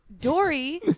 Dory